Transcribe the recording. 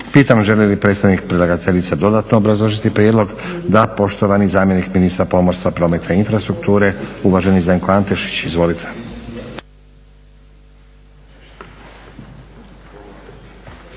Pitam želi li predstavnik predlagateljice dodatno obrazložiti prijedlog? Da. Poštovani zamjenik ministra pomorstva, prometa i infrastrukture, uvaženi Zdenko Antešić, izvolite.